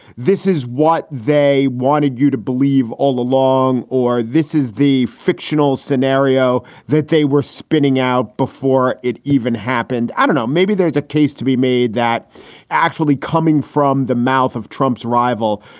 this is what they wanted you to believe all along, or this is the fictional scenario that they were spinning out before it even happened. i don't know. maybe there's a case to be made that actually coming from the mouth of trump's rival,